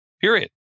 period